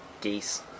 Geese